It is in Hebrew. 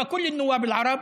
וכלל חברי הכנסת הערבים,